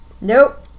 Nope